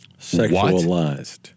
Sexualized